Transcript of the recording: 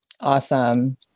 Awesome